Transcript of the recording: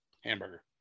Hamburger